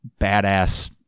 badass